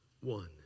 one